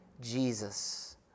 Jesus